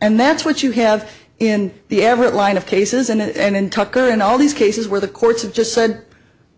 and that's what you have in the average line of cases and in tucker and all these cases where the courts have just said